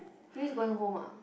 Fui is going home ah